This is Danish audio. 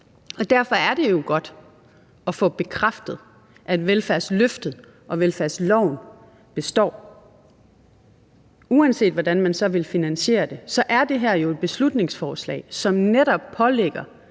Derfor er det jo godt at få bekræftet, at velfærdsløftet og velfærdsloven består. Uanset hvordan man så vil finansiere det, er det her jo et beslutningsforslag, som netop pålægger